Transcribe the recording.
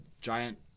giant